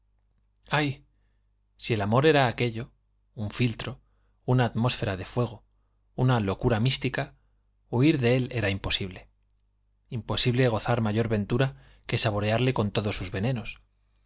ay sí el amor era aquello un filtro una atmósfera de fuego una locura mística huir de él era imposible imposible gozar mayor ventura que saborearle con todos sus venenos